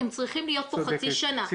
הם צריכים להיות פה חצי שנה.